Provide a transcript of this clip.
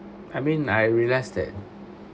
I mean I realised that